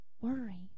worry